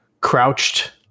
Crouched